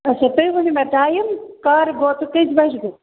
اَچھا تُہۍ ؤنِو مےٚ ٹایِم کَر گوٚو تہٕ کٔژِ بَجہِ گوٚو